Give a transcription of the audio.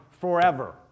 forever